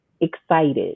excited